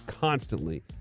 constantly